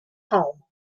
home